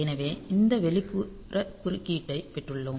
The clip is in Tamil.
எனவே இந்த வெளிப்புற குறுக்கீடைப் பெற்றுள்ளோம்